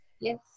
Yes